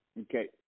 Okay